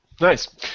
Nice